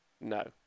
No